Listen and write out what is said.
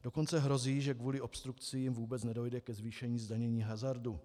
Dokonce hrozí, že kvůli obstrukcím vůbec nedojde ke zvýšení zdanění hazardu.